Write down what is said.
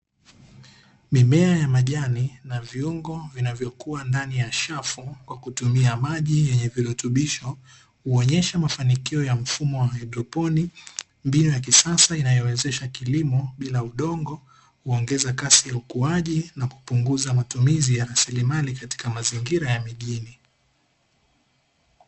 Mimea ya majani na viungo vinavokuwa ndani ya shelfu kwa kutumia maji nyenye virutubisho, huonesha mafanikio ya mfumo wa haidroponi, mbinu ya kisasa inayowezesha kilimo bila udongo huongeza kasi ya ukuaji na kupunguza matumizi ya rasilimali katika mazingira ya mijini.